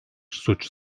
suç